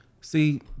see